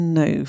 no